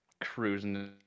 Cruising